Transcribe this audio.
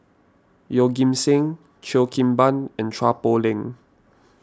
Yeoh Ghim Seng Cheo Kim Ban and Chua Poh Leng